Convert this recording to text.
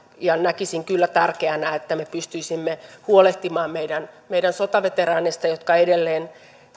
ja näkisin kyllä tärkeänä että me pystyisimme huolehtimaan meidän meidän sotaveteraaneista jotka edelleen